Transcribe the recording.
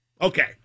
Okay